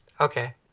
Okay